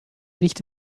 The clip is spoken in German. riecht